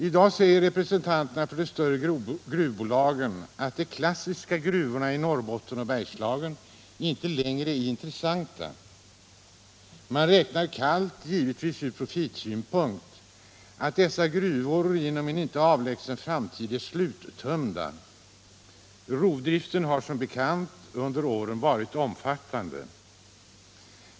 I dag säger representanterna för de större gruvbolagen att de klassiska gruvorna i Norrbotten och Bergslagen inte längre är intressanta. Man räknar kallt — givetvis från profitsynpunkt — med att dessa gruvor inom en inte avlägsen framtid är sluttömda. Rovdriften har, som bekant, under åren varit omfattande.